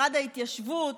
משרד ההתיישבות,